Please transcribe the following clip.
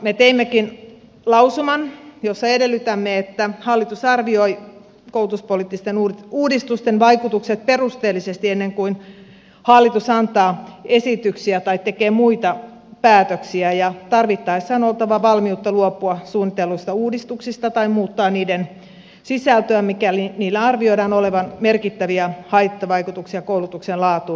me teimmekin lausuman jossa edellytämme että hallitus arvioi koulutuspoliittisten uudistusten vaikutukset perusteellisesti ennen kuin hallitus antaa esityksiä tai tekee muita päätöksiä ja tarvittaessa on oltava valmiutta luopua suunnitelluista uudistuksista tai muuttaa niiden sisältöä mikäli niillä arvioidaan olevan merkittäviä haittavaikutuksia koulutuksen laatuun